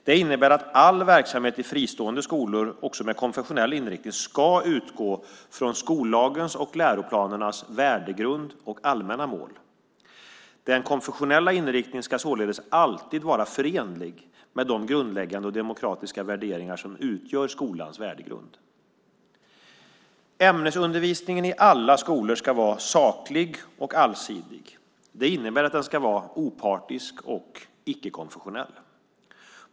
Det innebär att all verksamhet i fristående skolor också med konfessionell inriktning ska utgå från skollagens och läroplanernas värdegrund och allmänna mål. Den konfessionella inriktningen ska således alltid vara förenlig med de grundläggande och demokratiska värderingar som utgör skolans värdegrund. Ämnesundervisningen i alla skolor ska vara saklig och allsidig. Det innebär att den ska vara opartisk och icke-konfessionell.